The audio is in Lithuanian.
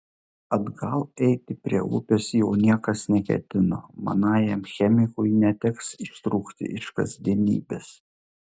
atgal eiti prie upės jau niekas neketino manajam chemikui neteks ištrūkti iš kasdienybės